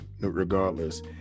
regardless